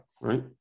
right